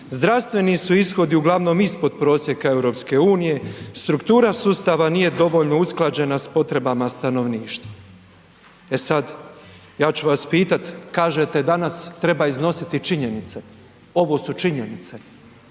Zdravstveni su ishodi uglavnom ispod prosjeka EU. Struktura sustava nije dovoljno usklađena s potrebama stanovništva. E sad, ja ću vas pitati kažete danas treba iznositi činjenice, ovo su činjenice.